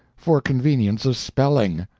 for convenience of spelling.